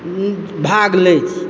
भाग लैत छी